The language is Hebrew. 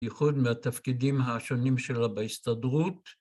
ייחוד מהתפקידים השונים שלה בהסתדרות